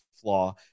flaw